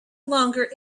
longer